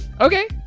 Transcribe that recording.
Okay